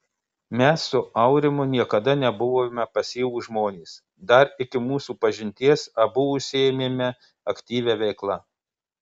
mes su aurimu niekada nebuvome pasyvūs žmonės dar iki mūsų pažinties abu užsiėmėme aktyvia veikla